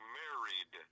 married